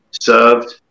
served